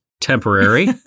temporary